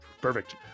Perfect